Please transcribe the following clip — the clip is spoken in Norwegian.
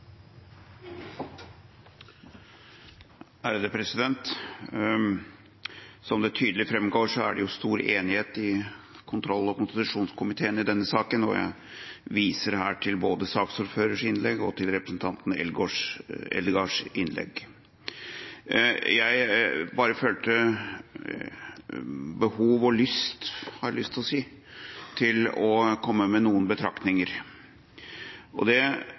det stor enighet i kontroll- og konstitusjonskomiteen i denne saken, og jeg viser her til både saksordførerens innlegg og representanten Eldegards innlegg. Jeg bare følte behov og lyst, har jeg lyst til å si, til å komme med noen betraktninger. Det er helt riktig som statsråden nå sa, og som vi sier i vår innstilling, at det